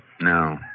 No